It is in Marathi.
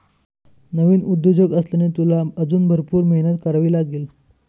नवीन उद्योजक असल्याने, तुला अजून भरपूर मेहनत करावी लागेल